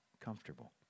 comfortable